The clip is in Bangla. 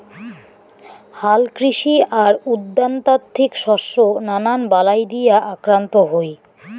হালকৃষি আর উদ্যানতাত্ত্বিক শস্য নানান বালাই দিয়া আক্রান্ত হই